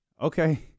okay